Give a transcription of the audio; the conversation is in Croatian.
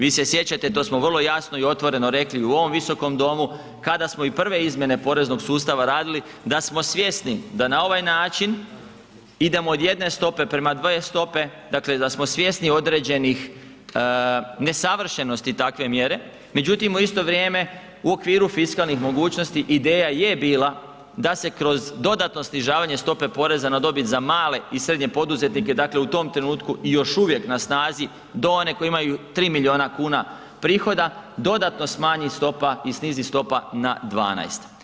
Vi se sjećate, to smo vrlo jasno i otvoreno rekli u ovom Visokom domu, kada smo i prve izmjene poreznog sustava radili, da smo svjesni da na ovaj način idemo od jedne stope prema dvije stope, dakle da smo svjesni određenih nesavršenosti takve mjere međutim u isto vrijeme, u okviru fiskalnih mogućnosti, ideja je bila da se kroz dodatno snižavanje stopa poreza na dobit za male i srednje poduzetnike, dakle u tom trenutku i još uvijek na snazi, do one koji imaju 3 milijuna kuna prihoda, dodatno smanji stopa i snizi stopa na 12.